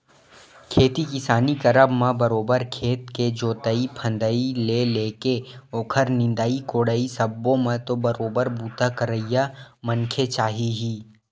खेती किसानी करब म बरोबर खेत के जोंतई फंदई ले लेके ओखर निंदई कोड़ई सब्बो म तो बरोबर बूता करइया मनखे चाही ही